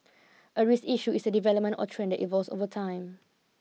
a risk issue is a development or trend that evolves over time